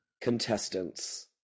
contestants